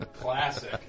Classic